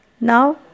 now